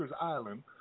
Island